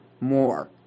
more